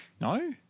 No